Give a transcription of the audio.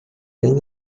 tem